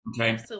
Okay